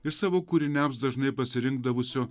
ir savo kūriniams dažnai pasirinkdavusios